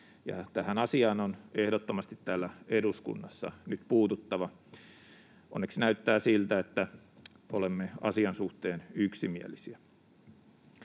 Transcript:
tähän asiaan on ehdottomasti täällä eduskunnassa nyt puututtava. Onneksi näyttää siltä, että olemme asian suhteen yksimielisiä.